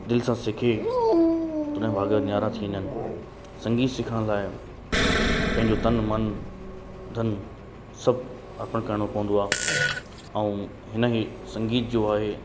दिलि सां सिखे उन जा भाग न्यारा थी वेंदा आहिनि संगीत सिखण लाइ पंहिंजो तनु मनु धनु सभु अर्पणु करिणो पवंदो आहे ऐं हिन ई संगीत जो आहे